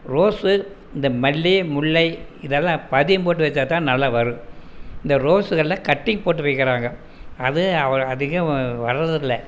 rose இந்த மல்லி முல்லை இதெல்லாம் பதியம் போட்டு வைச்சாத்தான் நல்லா வரும் இந்த ரோஸுகளை கட்டிங் போட்டு வைக்கிறாங்க அது அதிகம் வளரதில்லை